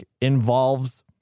involves